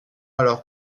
alors